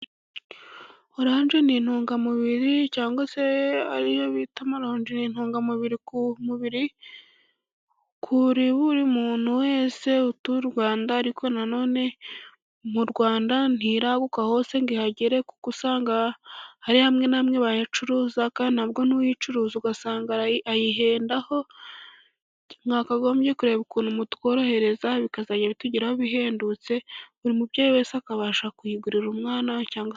0ranje ni intungamubiri cyangwa se ariyo bita amaronji ni intungamubiri ku mubiri, kuri buri muntu wese utuye u Rwanda ariko nanone mu Rwanda ntiraguka hose ngo ihagere, kuko usanga ari hamwe na hamwe bayacuruza, kandi na bwo n'uyicuruza ugasanga ayihendaho, mwakagombye kureba ukuntu mutworohereza bikazajya bitugeraho bihendutse buri mubyeyi wese akabasha kuyigurira umwana.